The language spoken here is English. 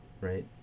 right